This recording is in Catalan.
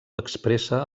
expressa